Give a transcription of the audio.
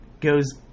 goes